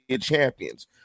champions